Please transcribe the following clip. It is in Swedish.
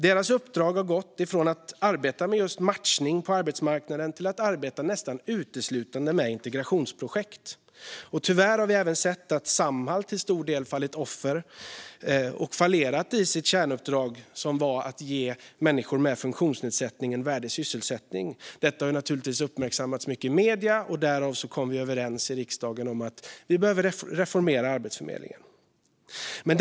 Dess uppdrag har gått från att arbeta med matchning på arbetsmarknaden till att arbeta nästan uteslutande med integrationsprojekt. Tyvärr har vi sett att även Samhall till stor del fallit offer för detta och misslyckats med sitt kärnuppdrag, som var att ge människor med funktionsnedsättning en värdig sysselsättning. Detta har uppmärksammats mycket i medierna. Därför kom vi i riksdagen överens om att vi behöver reformera Arbetsförmedlingen.